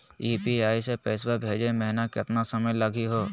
UPI स पैसवा भेजै महिना केतना समय लगही हो?